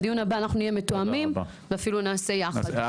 בדיון הבא אנחנו נהיה מתואמים ואפילו נעשה יחד.